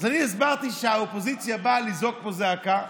אני הסברתי שהאופוזיציה באה לזעוק פה זעקה.